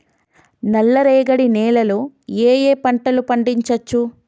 నల్లరేగడి నేల లో ఏ ఏ పంట లు పండించచ్చు?